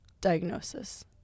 diagnosis